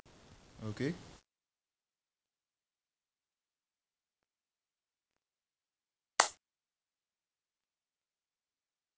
okay